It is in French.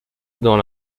dans